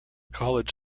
college